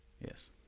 Yes